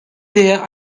there